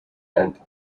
and